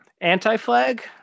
anti-flag